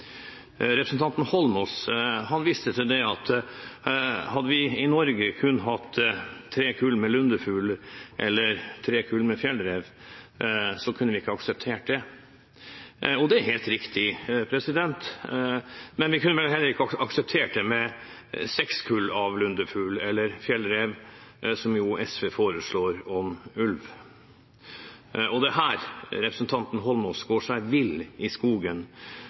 Representanten Eidsvoll Holmås viste til at hadde vi i Norge kun hatt tre kull med lundefugl eller tre kull med fjellrev, kunne vi ikke akseptert det. Det er helt riktig, men vi kunne vel heller ikke akseptert seks kull med lundefugl eller fjellrev, som SV foreslår om ulv. Det er her representanten Eidsvoll Holmås går seg vill i skogen